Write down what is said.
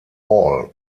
hall